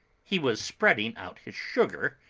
he was spreading out his sugar,